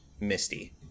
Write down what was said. Misty